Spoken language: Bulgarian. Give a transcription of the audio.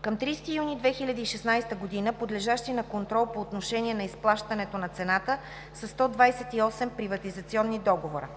Към 30 юни 2016 г. подлежащи на контрол по отношение на изплащането на цената са 182 приватизационни договора.